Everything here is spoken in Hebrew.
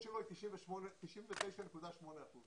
קיבלנו את ברכתם אחרי שהם בדקו וראו את העבודה הזאת.